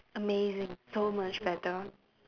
amazing so much better